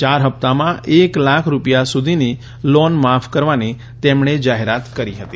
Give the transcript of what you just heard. ચાર હપ્તામાં એક લાખ રૂપિયા સુધીની લોન માફ કરવાની તેમણે જાહેરાત કરી હતી